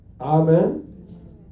Amen